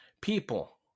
people